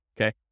okay